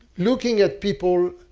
looking at people